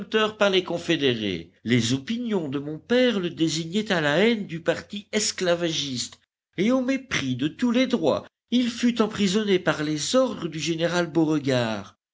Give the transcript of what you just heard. par les confédérés les opinions de mon père le désignaient à la haine du parti esclavagiste et au mépris de tous les droits il fut emprisonné par les ordres du général beauregard